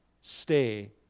stay